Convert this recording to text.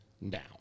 now